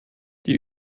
die